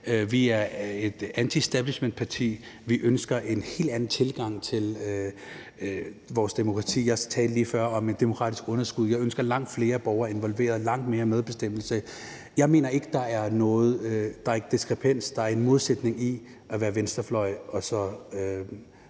Vi er et antiestablishmentparti, vi ønsker en helt anden tilgang til vores demokrati. Jeg talte lige før om et demokratisk underskud, og jeg ønsker langt flere borgere involveret, langt mere medbestemmelse. Jeg mener ikke, der er nogen diskrepans i at være venstrefløj, og at